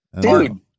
Dude